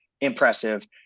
impressive